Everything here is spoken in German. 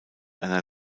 einer